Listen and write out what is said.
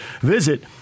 visit